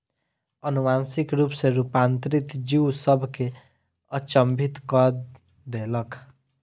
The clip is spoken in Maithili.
अनुवांशिक रूप सॅ रूपांतरित जीव सभ के अचंभित कय देलक